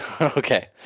okay